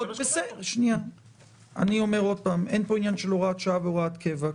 אני אומר עוד פעם: אין פה עניין של הוראת שעה והוראת קבע.